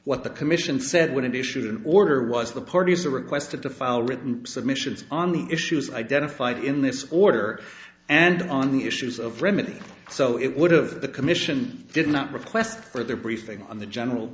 what the commission said when it issued an order was the parties are requested to file written submissions on the issues identified in this order and on the issues of remedy so it would have the commission did not request for their briefing on the general